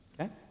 Okay